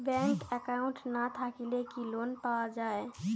Bank account না থাকিলে কি লোন পাওয়া য়ায়?